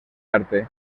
arte